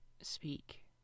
speak